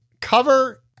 cover